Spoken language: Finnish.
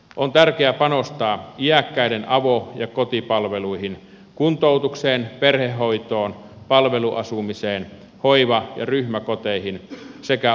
on tärkeää panostaa iäkkäiden avo ja kotipalveluihin kuntoutukseen perhehoitoon palveluasumiseen hoiva ja ryhmäkoteihin sekä omaishoitoon